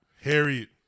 Harriet